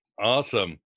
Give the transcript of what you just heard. awesome